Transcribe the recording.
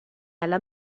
alla